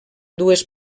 dues